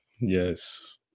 yes